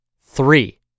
Three